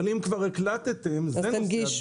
אבל אם כבר הקלטתם אז תנגישו,